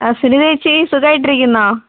ആ സുനിതേച്ചി സുഖമായിട്ടിരിക്കുന്നൊ